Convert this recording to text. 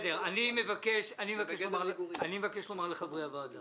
אני מבקש לומר לחברי הוועדה: